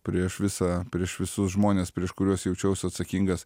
prieš visą prieš visus žmones prieš kuriuos jaučiausi atsakingas